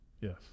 Yes